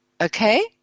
okay